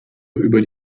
über